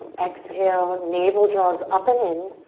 exhale, navel draws up and in.